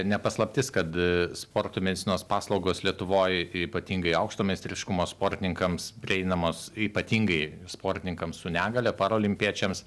ne paslaptis kad e sporto medicinos paslaugos lietuvoj ypatingai aukšto meistriškumo sportininkams prieinamos ypatingai sportininkams su negalia paraolimpiečiams